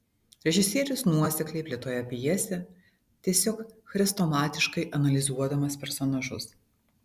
režisierius nuosekliai plėtoja pjesę tiesiog chrestomatiškai analizuodamas personažus